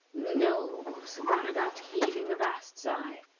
no, said baragat, heaving a vast sigh,